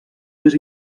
més